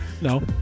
No